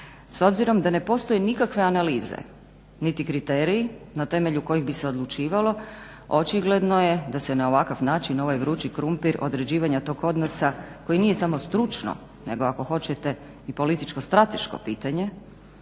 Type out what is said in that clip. S obzirom da ne postoje nikakve analize niti kriteriji na temelju kojih bi se odlučivalo očigledno je da se na ovakav način ovaj vrući krumpir određivanja tog odnosa koji nije samo stručno, nego ako hoćete i političko, strateško pitanje